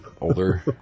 Older